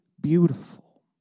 beautiful